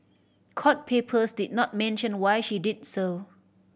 court papers did not mention why she did so